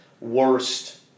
worst